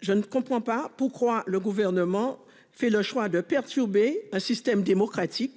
Je ne comprends pas pourquoi le gouvernement fait le choix de perturber un système démocratique,